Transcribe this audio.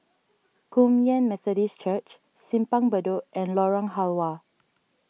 Kum Yan Methodist Church Simpang Bedok and Lorong Halwa